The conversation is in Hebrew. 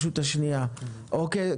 אוקיי.